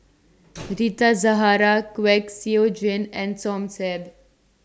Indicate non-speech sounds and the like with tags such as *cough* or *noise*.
*noise* Rita Zahara Kwek Siew Jin and Som Said